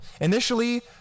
Initially